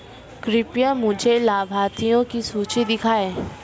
कृपया मुझे लाभार्थियों की सूची दिखाइए